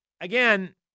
Again